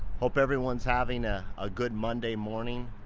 hope everyone's having a ah good monday morning.